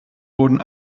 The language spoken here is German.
wurden